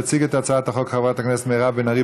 תציג את הצעת החוק חברת הכנסת מירב בן ארי,